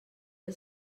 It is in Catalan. els